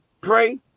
Pray